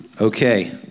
okay